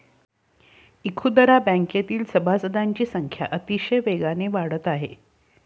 इखुदरा बँकेतील सभासदांची संख्या अतिशय वेगाने वाढत आहे